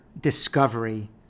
Discovery